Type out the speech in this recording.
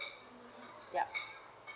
yup